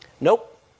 Nope